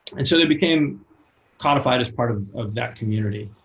and so that became codified as part of of that community.